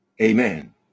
Amen